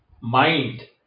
mind